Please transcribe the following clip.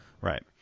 right